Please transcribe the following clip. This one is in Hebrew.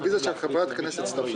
הרוויזיה על פניות מס' 261 263 לא אושרה.